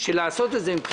הנושא הזה הוצבע בוועדה.